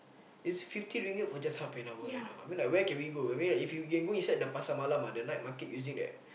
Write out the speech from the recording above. it's fifty ringgit for just half an hour you know mean like where can we go I mean like if we can go inside the pasar malam ah the night market using the